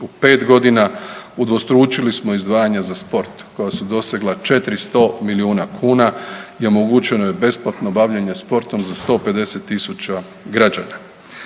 5 godina udvostručili smo izdvajanja za sport koja su dosegla 400 milijuna kuna i omogućeno je besplatno bavljenje sportom za 150 000 građana.